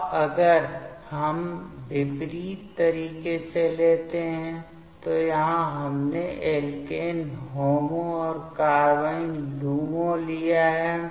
अब अगर हम विपरीत तरीके से लेते हैं तो यहां हमने एल्केन होमो और कार्बाइन लूमो लिया है